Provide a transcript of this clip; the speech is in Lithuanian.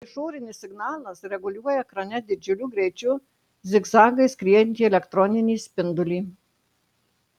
išorinis signalas reguliuoja ekrane didžiuliu greičiu zigzagais skriejantį elektroninį spindulį